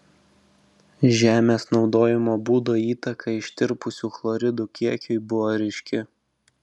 žemės naudojimo būdo įtaka ištirpusių chloridų kiekiui buvo ryški